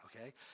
Okay